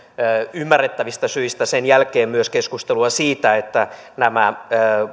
ymmärrettävistä syistä sen jälkeen myös keskustelua siitä että nämä